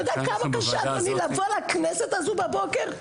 אתה יודע כמה קשה לי לבוא לכנסת הזו בבוקר?